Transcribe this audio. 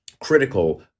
critical